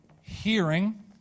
hearing